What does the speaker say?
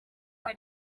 hose